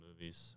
movies